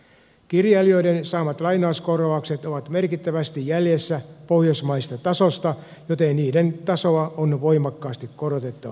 kirjailijoiden saamat lainauskorvaukset ovat merkittävästi jäljessä pohjoismaisesta tasosta joten niiden tasoa on voimakkaasti korotettava